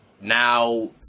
now